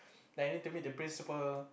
then need to meet the principal